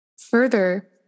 Further